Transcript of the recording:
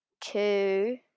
two